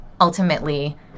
Ultimately